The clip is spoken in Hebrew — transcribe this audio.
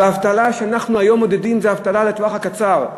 האבטלה שאנחנו מודדים היום היא אבטלה לטווח הקצר.